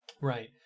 right